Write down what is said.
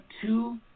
two